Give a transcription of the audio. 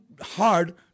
hard